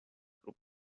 grupi